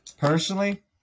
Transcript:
personally